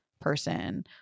person